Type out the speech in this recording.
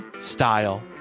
style